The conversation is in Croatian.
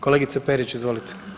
Kolegice Perić, izvolite.